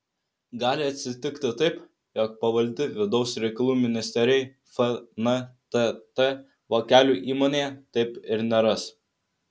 gali atsitikti taip jog pavaldi vidaus reikalų ministerijai fntt vokelių įmonėje taip ir neras